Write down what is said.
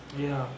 ya